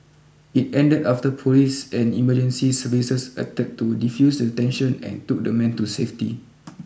it ended after police and emergency services acted to defuse the tension and took the man to safety